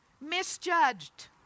misjudged